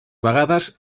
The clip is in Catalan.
vegades